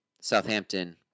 Southampton